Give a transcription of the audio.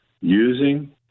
using